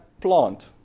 plant